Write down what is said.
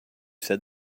said